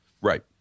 Right